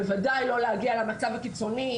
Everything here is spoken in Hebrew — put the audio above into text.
בוודאי לא להגיע למצב הקיצוני,